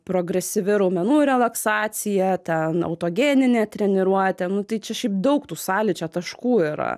progresyvi raumenų relaksacija ten autogeninė treniruotė nu tai čia šiaip daug tų sąlyčio taškų yra